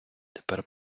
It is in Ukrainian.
тепер